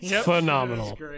Phenomenal